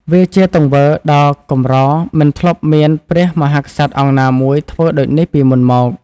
វាជាទង្វើដ៏កម្រមិនធ្លាប់មានព្រះមហាក្សត្រអង្គណាមួយធ្វើដូចនេះពីមុនមក។